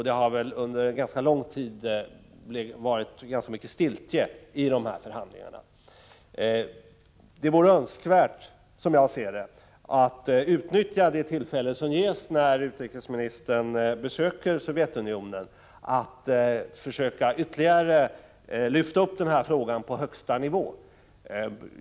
Det har under rätt lång tid rått ganska mycket stiltje i de här förhandlingarna. Det vore önskvärt, som jag ser det, att man utnyttjar det tillfälle som ges när utrikesministern besöker Sovjetunionen att försöka ytterligare lyfta upp den här frågan på högsta nivå.